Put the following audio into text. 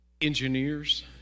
engineers